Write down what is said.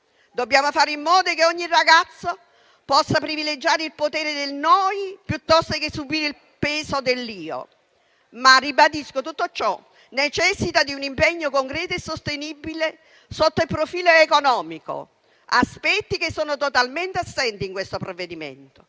Dobbiamo fare in modo che ogni ragazzo possa privilegiare il potere del noi invece che subire il peso dell'io. Ribadisco, però, che tutto ciò necessita di un impegno concreto e sostenibile sotto il profilo economico: aspetti che sono totalmente assenti nel provvedimento